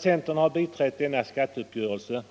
Centern har biträtt denna skatteuppgörelse